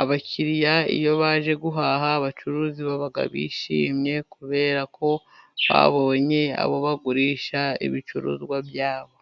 abakiriya iyo baje guhaha, abacuruzi baba bishimye kubera ko babonye abo bagurisha ibicuruzwa byabo.